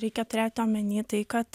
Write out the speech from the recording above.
reikia turėti omeny tai kad